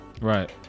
Right